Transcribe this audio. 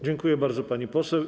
Dziękuję bardzo, pani poseł.